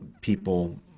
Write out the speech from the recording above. people